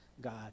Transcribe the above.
God